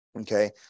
Okay